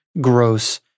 gross